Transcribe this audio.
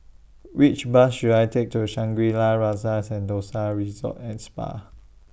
Which Bus should I Take to Shangri La's Rasa Sentosa Resort and Spa